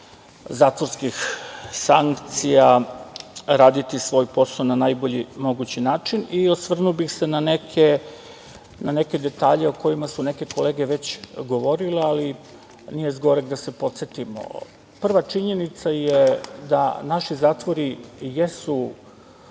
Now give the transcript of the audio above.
zatvorskih sankcija, raditi svoj posao na najbolji mogući način. Osvrnuo bih se na neke detalje o kojima su neke kolege već govorile, ali nije s goreg da se podsetimo. Prva činjenica je da naši zatvori jesu